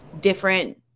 different